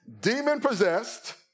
demon-possessed